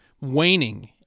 waning